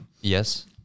Yes